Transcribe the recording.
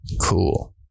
Cool